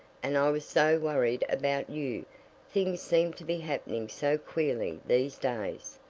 and i was so worried about you things seem to be happening so queerly these days.